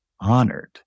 honored